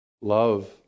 Love